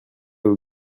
aux